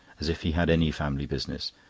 as if he had any family business!